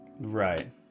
right